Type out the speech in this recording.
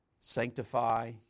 Sanctify